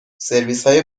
سرویسهای